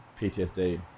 ptsd